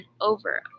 over